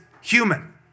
human